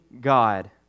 God